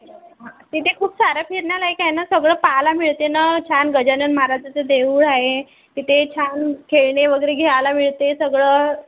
हं तिथे खूप साऱ्या फिरण्यालयक आहे ना सगळं पाहायला मिळते ना छान गजानन महाराजाचं देऊळ आहे तिथे छान खेळणे वगैरे घ्यायला मिळते सगळं